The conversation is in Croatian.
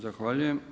Zahvaljujem.